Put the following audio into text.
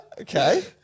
Okay